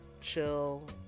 chill